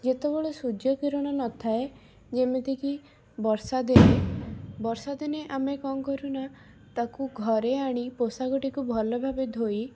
ଯେତେବେଳେ ସୂର୍ଯ୍ୟ କିରଣ ନଥାଏ ଯେମିତିକି ବର୍ଷା ଦିନେ ବର୍ଷା ଦିନେ ଆମେ କ'ଣ କରୁନା ତାକୁ ଘରେ ଆଣି ପୋଷାକଟିକୁ ଭଲ ଭାବେ ଧୋଇ